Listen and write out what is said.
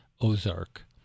Ozark